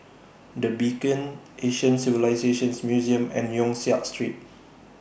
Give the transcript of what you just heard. The Beacon Asian Civilisations Museum and Yong Siak Street